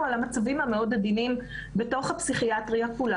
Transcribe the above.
על המצבים המאוד עדינים בתוך הפסיכיאטריה כולה.